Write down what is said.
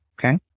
Okay